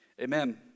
Amen